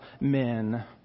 men